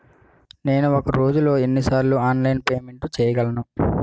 నేను ఒక రోజులో ఎన్ని సార్లు ఆన్లైన్ పేమెంట్ చేయగలను?